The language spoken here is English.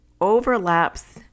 overlaps